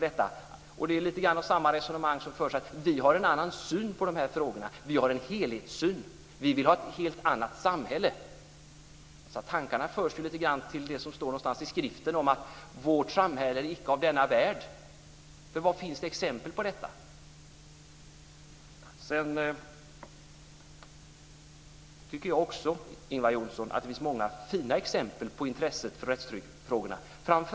Det är något av samma resonemang som förs när man säger: Vi har en annan syn på de frågorna. Vi har en helhetssyn. Vi vill ha ett helt annat samhälle. Tankarna förs till det som står i skriften, att vårt samhälle är icke av denna värld. Var finns exempel på det? Jag tycker också att det finns många fina exempel på intresset för rättstrygghetsfrågorna, Ingvar Johnsson.